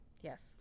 Yes